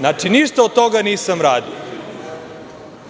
Znači, ništa od toga nisam radio. Samo